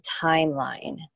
timeline